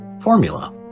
formula